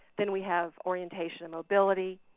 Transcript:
then we have orientation and mobility,